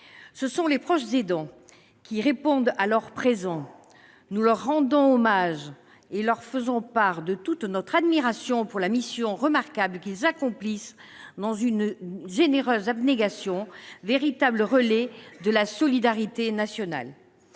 Ce sont les proches aidants qui répondent alors « présents ». Nous leur rendons hommage et leur faisons part de toute notre admiration pour la mission remarquable qu'ils accomplissent dans une généreuse abnégation, véritables relais de la solidarité nationale.